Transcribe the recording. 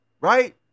right